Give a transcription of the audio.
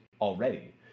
already